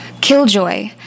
Killjoy